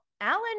Alan